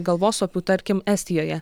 galvosopių tarkim estijoje